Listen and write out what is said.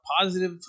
positive